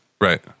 Right